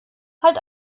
halt